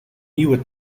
nieuwe